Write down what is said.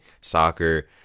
soccer